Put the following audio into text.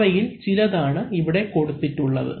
അവയിൽ ചിലതാണു ഇവിടെ കൊടുത്തിട്ടുള്ളത്